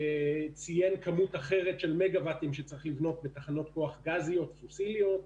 ציין כמות אחרת של מגה-וואטים שצריך לבנות בתחנות כוח גזיות פוסיליות,